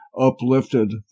uplifted